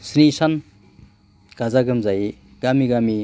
स्नि सान गाजा गोमजायै गामि गामि